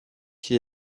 qui